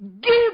Give